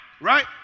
right